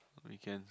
on weekends